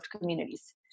communities